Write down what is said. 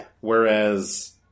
Whereas